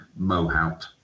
Mohout